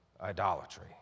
idolatry